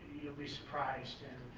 you'll be surprised. and